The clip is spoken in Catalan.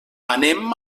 anem